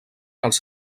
els